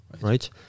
right